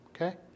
okay